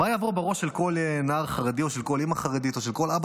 מה יעבור בראש של כל נער חרדי או של כל אימא חרדית או של כל אבא